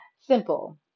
Simple